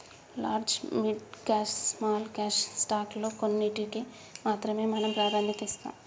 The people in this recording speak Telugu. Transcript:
large mid cap small cap stock లో కొన్నింటికీ మాత్రమే మనం ప్రాధాన్యత ఇస్తాం